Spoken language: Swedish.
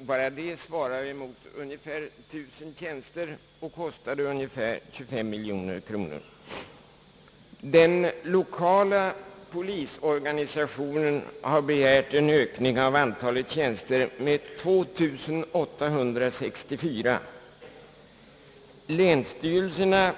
Bara det svarar mot ungefär 1000 tjänster och kostade ungefär 25 miljoner kronor. Den lokala polisorganisationen har begärt en ökning av antalet tjänster med 2864. Länsstyrelserna